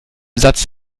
satz